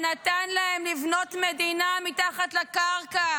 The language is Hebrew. שנתן להם לבנות מדינה מתחת לקרקע,